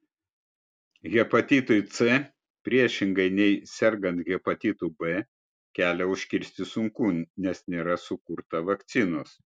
hepatitui c priešingai nei sergant hepatitu b kelią užkirsti sunku nes nėra sukurta vakcinos